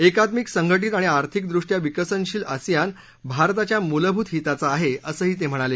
एकात्मिक संघटित आणि आर्थिकृष्टया विकसनशील आसियान भारताच्या मूलभूत हिताचा आहे असंही ते म्हणाले